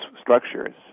structures